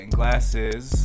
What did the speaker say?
glasses